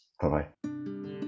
Bye-bye